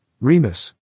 Remus